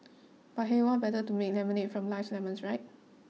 but hey what better than to make lemonade from life's lemons right